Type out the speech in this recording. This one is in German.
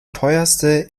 teuerste